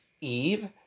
Eve